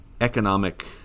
economic